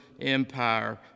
empire